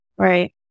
Right